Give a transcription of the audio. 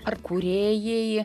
ar kūrėjai